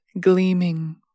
gleaming